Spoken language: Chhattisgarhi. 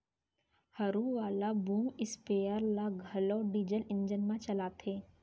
हरू वाला बूम स्पेयर ल घलौ डीजल इंजन म चलाथें